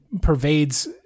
pervades